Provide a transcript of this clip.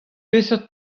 peseurt